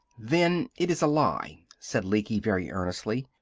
then it is a lie, said lecky, very earnestly.